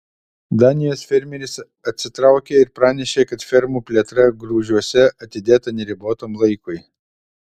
danijos fermeris atsitraukė ir pranešė kad fermų plėtra grūžiuose atidėta neribotam laikui